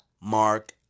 Mark